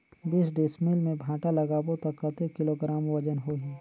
बीस डिसमिल मे भांटा लगाबो ता कतेक किलोग्राम वजन होही?